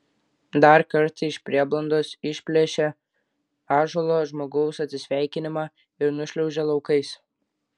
dar kartą iš prieblandos išplėšia ąžuolo žmogaus atsisveikinimą ir nušliaužia laukais